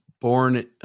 Born